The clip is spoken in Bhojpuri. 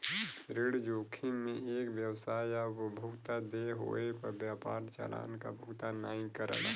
ऋण जोखिम में एक व्यवसाय या उपभोक्ता देय होये पे व्यापार चालान क भुगतान नाहीं करला